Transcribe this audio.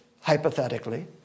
hypothetically